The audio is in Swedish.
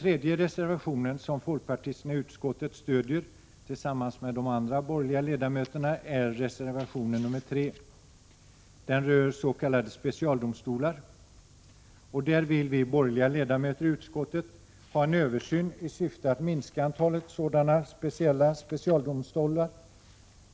Reservation 7 slutligen gäller s.k. specialdomstolar. Vi folkpartister vill liksom de andra borgerliga ledamöterna i utskottet få till stånd en översyn i syfte att minska antalet specialdomstolar.